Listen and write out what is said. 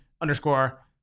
underscore